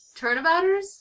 Turnabouters